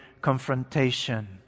confrontation